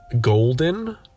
Golden